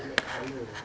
black colour